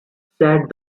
said